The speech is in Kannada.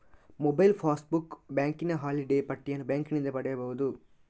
ಮೊಬೈಲ್ ಪಾಸ್ಬುಕ್, ಬ್ಯಾಂಕಿನ ಹಾಲಿಡೇ ಪಟ್ಟಿಯನ್ನು ಬ್ಯಾಂಕಿನಿಂದ ಪಡೆಯಬಹುದು